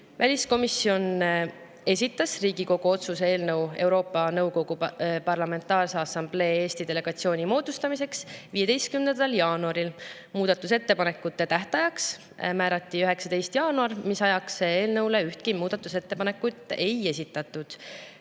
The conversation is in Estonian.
Väliskomisjon esitas Riigikogu otsuse eelnõu Euroopa Nõukogu Parlamentaarse Assamblee Eesti delegatsiooni moodustamiseks 15. jaanuaril. Muudatusettepanekute tähtajaks määrati 19. jaanuar, selleks ajaks eelnõu kohta ühtegi muudatusettepanekut ei esitatud.